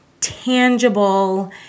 tangible